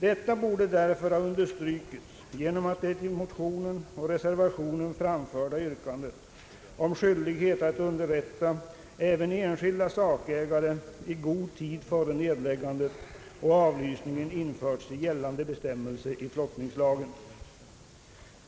Detta borde därför ha understrukits genom att det i motioner och reservation framförda yrkandet om skyldighet att underrätta även enskilda sakägare i god tid före nedläggandet och avlysningen införs i gällande bestämmelser i flottningslagen.